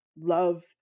love